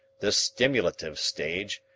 this stimulative stage,